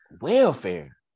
welfare